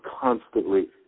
constantly